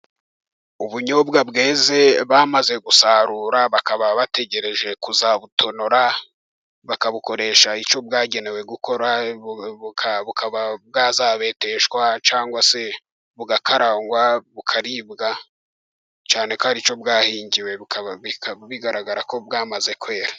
Ubunyobwa bweze bamaze gusarura, bakaba bategereje kuzabutonora, bakabukoresha icyo bwagenewe gukora, bukaba bwazabeteshwa, cyangwa se bugakarangwa, bukaribwa cyane ko ari cyo bwahingiwe bikaba bigaragara ko bwamaze kwera.